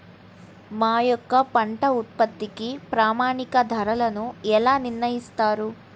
మా యొక్క పంట ఉత్పత్తికి ప్రామాణిక ధరలను ఎలా నిర్ణయిస్తారు?